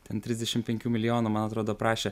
ten trisdešim penkių milijonų man atrodo prašė